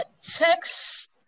text